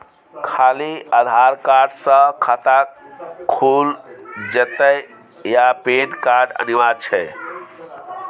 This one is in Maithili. खाली आधार कार्ड स खाता खुईल जेतै या पेन कार्ड अनिवार्य छै?